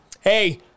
hey